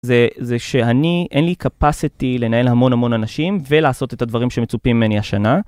זה זה שאני אין לי יכולת לנהל המון המון אנשים ולעשות את הדברים שמצופים מני השנה.